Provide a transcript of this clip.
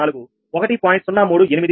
0384 1